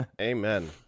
Amen